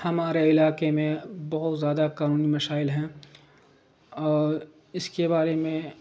ہمارے علاقے میں بہت زیادہ قانونی مشائل ہیں اور اس کے بارے میں